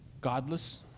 godless